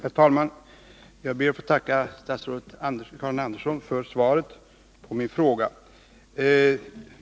Herr talman! Jag ber att få tacka statsrådet Karin Andersson för svaret på min fråga.